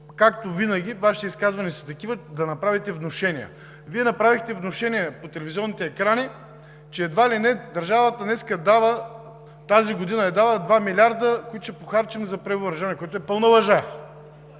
както винаги Вашите изказванията са такива, че да правите внушения. Вие направихте внушение от телевизионните екрани, че едва ли не държавата тази година е дала 2 млрд. лв., които ще похарчим за превъоръжаване, което е пълна лъжа.